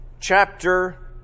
chapter